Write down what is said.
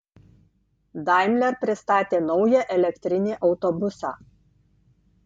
daimler pristatė naują elektrinį autobusą